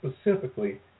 specifically